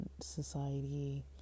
Society